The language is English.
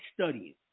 studying